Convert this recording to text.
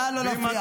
נא לא להפריע.